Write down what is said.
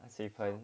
水盆